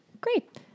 Great